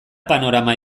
panorama